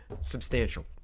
substantial